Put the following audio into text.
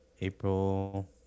April